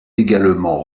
également